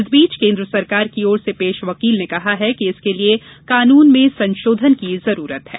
इस बीच केन्द्र सरकार की ओर से पेश वकील ने कहा कि इसके लिए कानून में संशोधन की जरूरत होगी